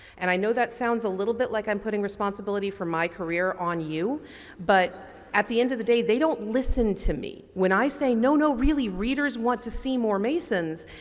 and i know that sounds a little bit like i'm putting responsibility for my career on you but at the end of the day they don't listen to me. when i say no, no readers want to see more masons,